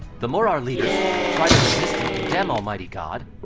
the more our leaders try to resist and condemn almighty god,